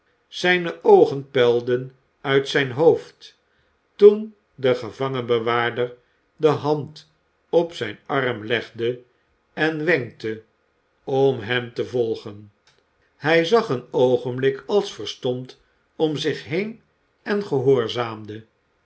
zijne oogen puilden uit zijn hoofd toen de gevangenbewaarder de hand op zijn arm legde en wenkte om hem te volgen hij zag een oogenblik als verstomd om zich heen en gehoorzaamde